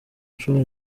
ncuro